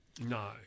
No